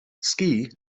ski